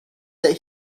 that